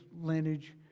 lineage